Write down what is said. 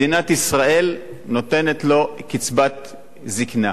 מדינת ישראל נותנת לו קצבת זיקנה.